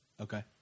Okay